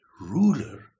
ruler